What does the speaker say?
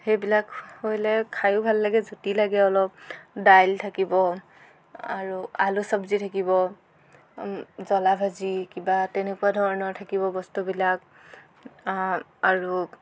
সেইবিলাক হ'লে খাই ভাল লাগে জুতি লাগে অলপ দাইল থাকিব আৰু আলু চবজি থাকিব জলা ভাজি কিবা তেনেকুৱা ধৰণৰ থাকিব বস্তুবিলাক আৰু